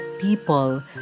people